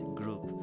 group